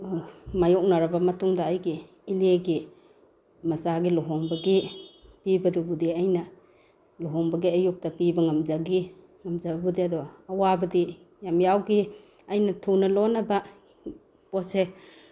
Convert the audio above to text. ꯃꯥꯏꯌꯣꯛꯅꯔꯕ ꯃꯇꯨꯡꯗ ꯑꯩꯒꯤ ꯏꯅꯦꯒꯤ ꯃꯆꯥꯒꯤ ꯂꯨꯍꯣꯡꯕꯒꯤ ꯄꯤꯕꯗꯨꯕꯨꯗꯤ ꯑꯩꯅ ꯂꯨꯍꯣꯡꯕꯒꯤ ꯑꯌꯨꯛꯇ ꯄꯤꯕ ꯉꯝꯖꯈꯤ ꯉꯝꯖꯕꯨꯗꯤ ꯑꯗꯣ ꯑꯋꯥꯕꯗꯤ ꯌꯥꯝ ꯌꯥꯎꯈꯤ ꯑꯩꯅ ꯊꯨꯅ ꯂꯣꯟꯅꯕ ꯄꯣꯠꯁꯦ